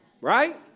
Right